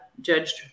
judged